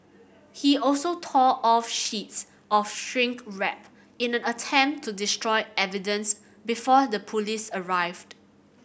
he also tore off sheets of shrink wrap in an attempt to destroy evidence before the police arrived